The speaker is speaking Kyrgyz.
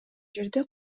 жерде